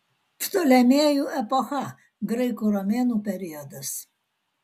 ptolemėjų epocha graikų romėnų periodas